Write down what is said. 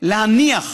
להניח